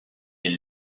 est